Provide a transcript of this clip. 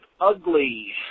ugly